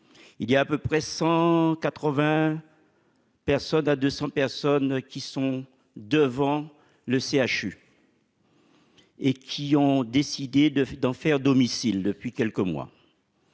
il y a à peu près 180. Personne à 200 personnes qui sont devant le CHU. Et qui ont décidé de d'enfer domicile depuis quelques mois,